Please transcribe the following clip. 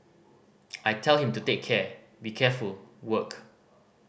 I tell him to take care be careful work